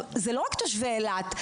אלה לא רק תושבי אילת.